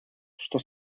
что